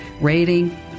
rating